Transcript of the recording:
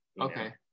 Okay